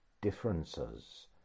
differences